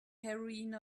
heroine